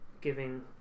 giving